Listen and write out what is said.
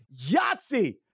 Yahtzee